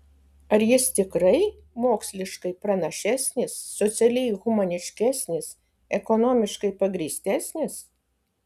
ar jis tikrai moksliškai pranašesnis socialiai humaniškesnis ekonomiškai pagrįstesnis